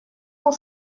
cent